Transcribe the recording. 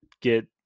get